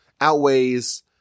outweighs